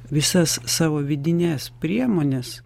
visas savo vidines priemones